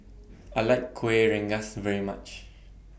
I like Kueh Rengas very much